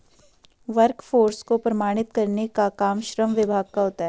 workforce को प्रमाणित करने का काम श्रम विभाग का होता है